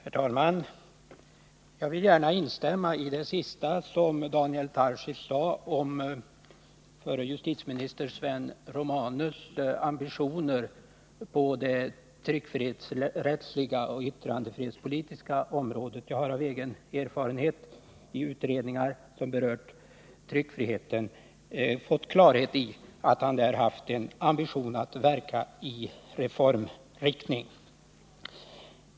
Fru talman! Jag vill gärna instämma i vad Daniel Tarschys sade om förre justitieministern Sven Romanus ambitioner på det tryckfrihetsrättsliga och yttrandefrihetspolitiska området. Av egen erfarenhet har jag i utredningar som berört tryckfriheten fått klarhet i att Sven Romanus haft en ambition att verka i reformvänlig riktning.